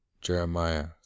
Jeremiah